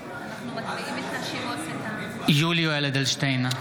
(קורא בשמות חברי הכנסת) יולי יואל אדלשטיין,